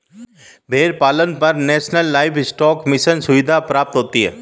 भेड़ पालन पर नेशनल लाइवस्टोक मिशन सुविधा प्राप्त होती है